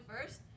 first